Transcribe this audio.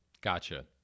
Gotcha